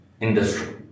industry